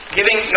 Giving